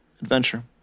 adventure